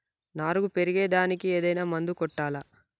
నారు పెరిగే దానికి ఏదైనా మందు కొట్టాలా?